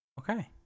Okay